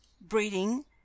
breeding